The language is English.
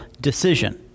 decision